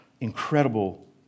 incredible